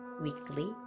weekly